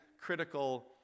critical